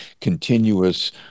continuous